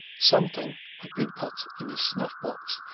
something had been, put in his snuff-box.